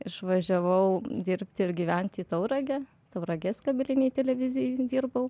išvažiavau dirbti ir gyventi į tauragę tauragės kabelinei televizijai dirbau